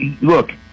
look